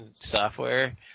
software